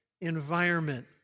environment